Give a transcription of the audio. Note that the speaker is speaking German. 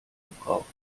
gebraucht